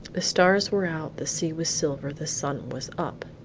the stars were out the sea was silver the sun was up.